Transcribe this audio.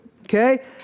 okay